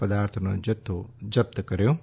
પદાર્થનો જથ્થો જપ્ત કર્યો છે